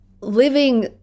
living